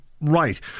right